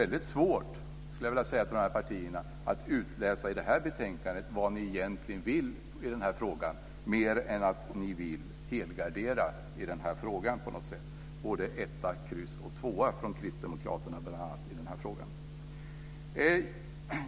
Till er i dessa partier skulle jag vilja säga att det är väldigt svårt att ur detta betänkande utläsa vad ni egentligen vill, utöver att ni på något sätt vill helgardera här med etta, kryss och tvåa, bl.a. från Kristdemokraternas sida.